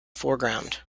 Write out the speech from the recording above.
foreground